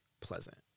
pleasant